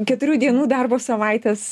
keturių dienų darbo savaitės